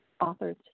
authors